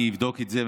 אני אבדוק את זה,